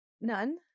None